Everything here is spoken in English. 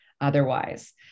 otherwise